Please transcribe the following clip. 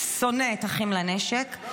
שונא את אחים לנשק,